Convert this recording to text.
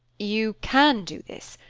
you can do this,